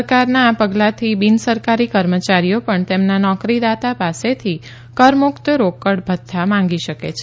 સરકારના આ પગલાંથી બિનસરકારી કર્મચારીઓ પણ તેમના નોકરીદાતા પાસેથી કરમુક્ત રોકડ ભથ્થા માગી શકે છે